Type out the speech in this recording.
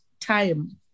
time